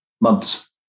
months